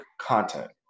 content